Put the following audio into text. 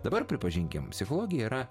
dabar pripažinkim psichologija yra